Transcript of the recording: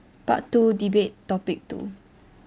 part two debate topic two